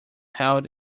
held